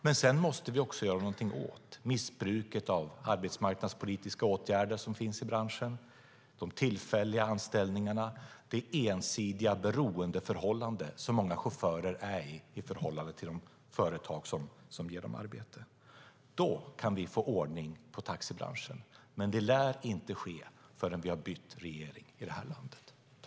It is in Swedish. Men sedan måste vi också göra någonting åt missbruket av arbetsmarknadspolitiska åtgärder som finns i branschen, de tillfälliga anställningarna och det ensidiga beroendeförhållande som många chaufförer befinner sig i i förhållande till de företag som ger dem arbete. Då kan vi få ordning på taxibranschen. Men det lär inte ske förrän vi har bytt regering i det här landet.